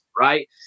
right